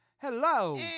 hello